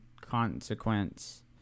consequence